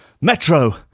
Metro